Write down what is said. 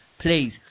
Please